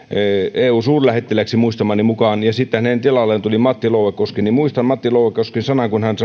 eu suurlähettilääksi muistamani mukaan ja sitten hänen tilalleen tuli matti louekoski muistan matti louekosken sanat kun